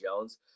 Jones